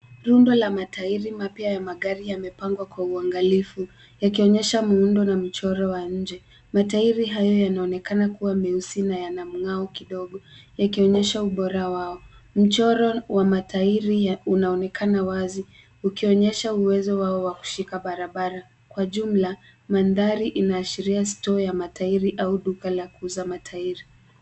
Rundo la matairi mapya ya magari yamepangwa kwa uangalifu, yakionyesha muundo na mchoro wa nje. Matairi hayo yanaonekana kuwa meusi na yana mng'ao kidogo yakionyesha ubora wao. Mchoro wa matairi unaonekana wazi ukionyesha uwezo wao wa kushika barabara. Kwa jumla, mandhari inaashiria stoo ya matairi ama duka la kuuza matairi.